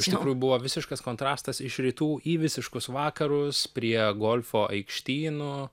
iš tikrųjų buvo visiškas kontrastas iš rytų į visiškus vakarus prie golfo aikštynų